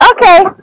Okay